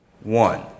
One